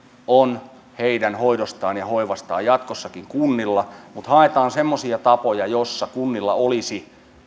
heidän hoidostaan ja hoivastaan on jatkossakin kunnilla mutta haetaan semmoisia tapoja joissa kunnilla olisi